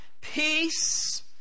Peace